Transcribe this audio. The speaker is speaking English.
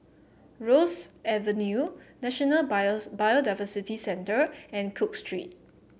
Rosyth Avenue National Biodiversity Centre and Cook Street